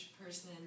person